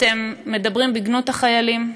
אתם מדברים בגנות החיילים,